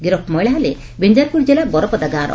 ଗିରଫ୍ ମହିଳା ହେଲେ ବିଞ୍ଚାରପୁର ଥାନା ବରପଦା ଗାଁର